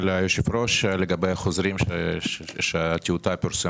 היושב-ראש לגבי החוזרים שהטיוטה פורסמה,